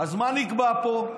אז מה נקבע פה?